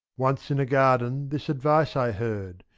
once in a garden this advice i heard,